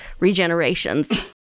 regenerations